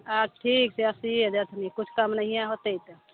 असीके अस्सिए देथिन किछु कम नहि होतनि